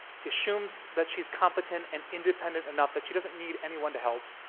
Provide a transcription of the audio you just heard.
she assumes that she's competent and independent enough that she doesn't need anyone to help